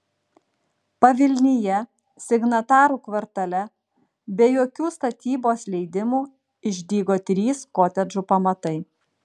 pavilnyje signatarų kvartale be jokių statybos leidimų išdygo trys kotedžų pamatai